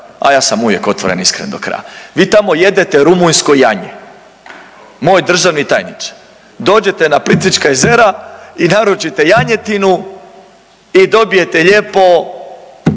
ja sam uvijek otvoren i iskren do kraja vi tamo jedete rumunjsko janje moj državni tajniče. Dođete na Plitvička jezera i naručite janjetinu i dobijete lijepo